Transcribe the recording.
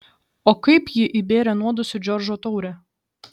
o kaip ji įbėrė nuodus į džordžo taurę